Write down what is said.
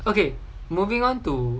okay moving on to